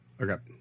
Okay